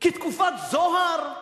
כתקופת זוהר.